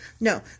No